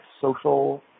social